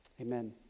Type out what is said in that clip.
Amen